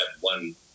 one